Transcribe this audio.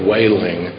Wailing